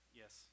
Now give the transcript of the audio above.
yes